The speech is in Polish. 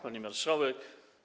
Pani Marszałek!